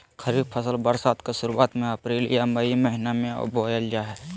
खरीफ फसल बरसात के शुरुआत में अप्रैल आ मई महीना में बोअल जा हइ